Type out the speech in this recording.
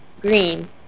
green